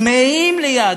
צמאים ליהדות.